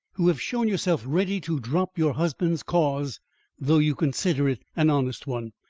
who have shown yourself ready to drop your husband's cause though you consider it an honest one,